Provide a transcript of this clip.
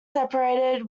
separated